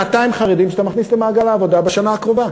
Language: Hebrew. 200 חרדים שאתה מכניס למעגל העבודה בשנה הקרובה,